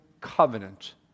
covenant